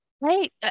Right